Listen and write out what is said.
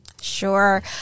Sure